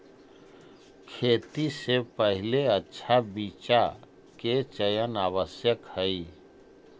खेती से पहिले अच्छा बीचा के चयन आवश्यक हइ